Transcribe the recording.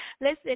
listen